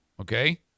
Okay